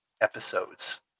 episodes